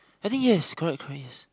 I think yes correct correct yes